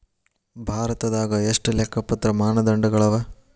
ಭಾರತದಾಗ ಎಷ್ಟ ಲೆಕ್ಕಪತ್ರ ಮಾನದಂಡಗಳವ?